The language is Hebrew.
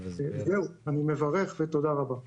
אני מברך ותודה רבה.